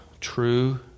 true